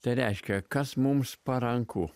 tai reiškia kas mums paranku